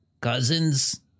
cousins